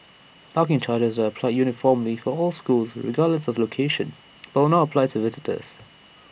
parking charges are applied uniformly for all schools regardless of location but will not apply to visitors